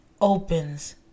opens